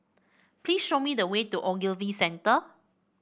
please show me the way to Ogilvy Centre